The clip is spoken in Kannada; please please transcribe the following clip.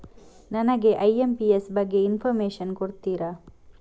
ನನಗೆ ಐ.ಎಂ.ಪಿ.ಎಸ್ ಬಗ್ಗೆ ಇನ್ಫೋರ್ಮೇಷನ್ ಕೊಡುತ್ತೀರಾ?